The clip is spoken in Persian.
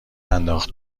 انداخت